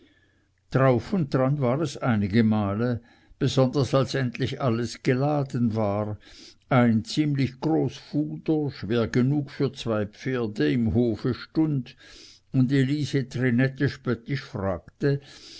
drauf und dran war es einige male besonders als endlich alles geladen war ein ziemlich groß fuder schwer genug für zwei pferde im hofe stund und elisi trinette spöttisch fragte